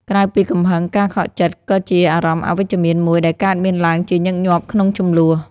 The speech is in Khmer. ក្រៅពីកំហឹង ការខកចិត្ត ក៏ជាអារម្មណ៍អវិជ្ជមានមួយដែលកើតមានឡើងជាញឹកញាប់ក្នុងជម្លោះ។